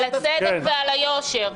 על הצדק ועל היושר.